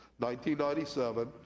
1997